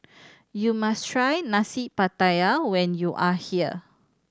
you must try Nasi Pattaya when you are here